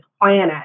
planet